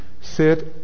sit